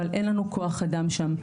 אבל אין לנו כוח אדם שם.